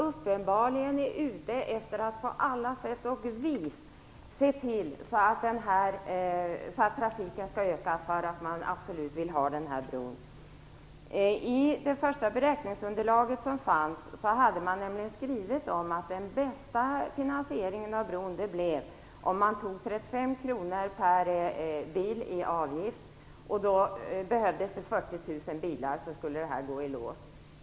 Uppenbarligen är man ute efter att på alla sätt och vis se till att trafiken ökar, därför att man absolut vill ha bron. I det första beräkningsunderlaget står det nämligen att den bästa finansieringen av bron skulle vara att ta 5 kr per bil i avgift. Då skulle det behövas 40 000 bilar för att detta skall gå i lås.